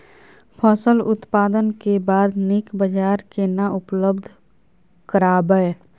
फसल उत्पादन के बाद नीक बाजार केना उपलब्ध कराबै?